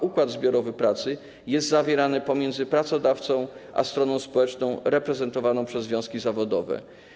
Układ zbiorowy pracy jest zawierany pomiędzy pracodawcą a stroną społeczną reprezentowaną przez związki zawodowe.